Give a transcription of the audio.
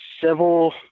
civil